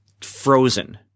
frozen